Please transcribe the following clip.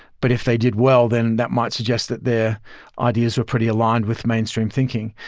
but if they did well then that might suggest that their ideas were pretty aligned with mainstream thinking.